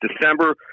December